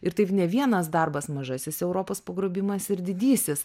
ir taip ne vienas darbas mažasis europos pagrobimas ir didysis